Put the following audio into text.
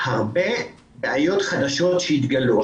הרבה בעיות חדשות שהתגלו.